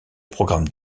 programme